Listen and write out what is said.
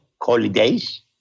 holidays